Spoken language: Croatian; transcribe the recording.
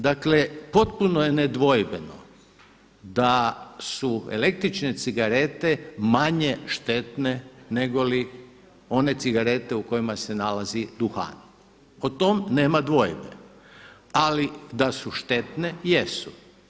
Dakle potpuno je nedvojbeno da su električne cigarete manje štetne nego one cigarete u kojima se nalazi duhan, o tome nema dvojbe, ali da su štetne jesu.